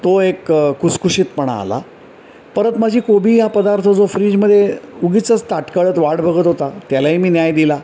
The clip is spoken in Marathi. तो एक खुसखुशीतपणा आला परत माझी कोबी हा पदार्थ जो फ्रीजमध्ये उगीचच ताटकळत वाट बघत होता त्यालाही मी न्याय दिला